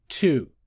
Two